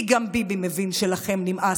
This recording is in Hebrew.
כי גם ביבי מבין שלכם נמאס,